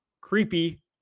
creepy